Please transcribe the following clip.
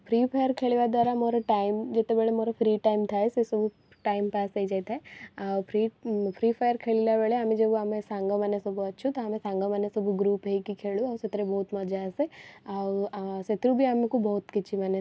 free fire ଖେଳିବା ଦ୍ଵାରା ମୋର ଟାଇମ୍ ଯେତେବେଳେ ମୋର ଫ୍ରି ଟାଇମ୍ ଥାଏ ସେସବୁ ଟାଇମ୍ ପାସ୍ ହେଇଯାଇଥାଏ ଆଉ ଫ୍ରି ଫ୍ରି ଫାୟାର୍ ଖେଳିଲାବେଳେ ଆମେ ଯେଉଁ ଆମେ ସାଙ୍ଗମାନେ ସବୁ ଅଛୁ ତ ଆମେ ସାଙ୍ଗମାନେ ସବୁ ଗ୍ରୁପ ହେଇକି ଖେଳୁ ଆଉ ସେଥିରେ ବହୁତ ମଜା ଆସେ ଆଉ ସେଥିରୁ ବି ଆମକୁ ବହୁତ କିଛି ମାନେ